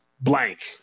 blank